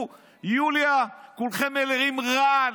הוא, יוליה, כולכם מלאים רעל.